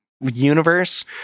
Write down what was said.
universe